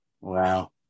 Wow